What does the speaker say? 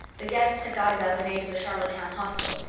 the guests had got it up in aid of the charlottetown hospital,